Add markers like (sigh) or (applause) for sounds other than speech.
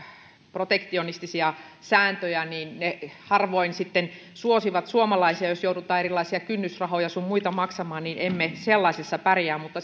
protektionistisia sääntöjä ne harvoin sitten suosivat suomalaisia jos joudutaan erilaisia kynnysrahoja sun muita maksamaan niin emme sellaisessa pärjää mutta (unintelligible)